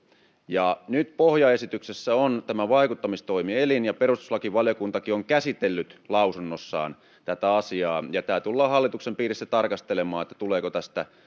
ja nyt pohjaesityksessä on tämä vaikuttamistoimielin ja perustuslakivaliokuntakin on käsitellyt lausunnossaan tätä asiaa ja tämä tullaan hallituksen piirissä tarkastelemaan että tuleeko tästä